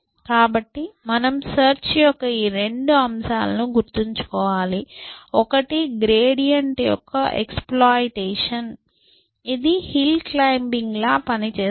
కాబట్టి మనం సెర్చ్ యొక్క ఈ రెండు అంశాలను గుర్తుంచుకోవాలి ఒకటి గ్రేడియంట్ యొక్క ఎక్సప్లోఇటేషన్ ఇది హిల్ క్లైమ్బింగ్లా పనిచేస్తుంది